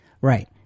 Right